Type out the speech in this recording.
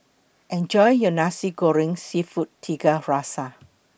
Enjoy your Nasi Goreng Seafood Tiga Rasa